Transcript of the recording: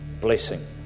blessing